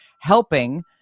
helping